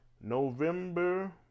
November